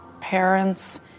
parents